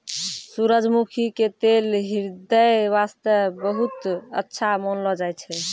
सूरजमुखी के तेल ह्रदय वास्तॅ बहुत अच्छा मानलो जाय छै